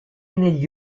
negli